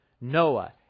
Noah